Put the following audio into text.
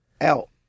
out